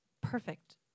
perfect